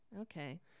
Okay